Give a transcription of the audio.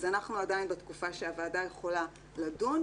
אז אנחנו עדיין בתקופה שהוועדה יכולה לדון.